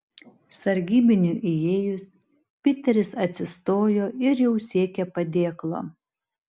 sargybiniui įėjus piteris atsistojo ir jau siekė padėklo